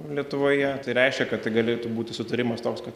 lietuvoje tai reiškia kad tai galėtų būti sutarimas toks kad